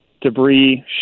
debris